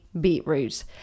beetroot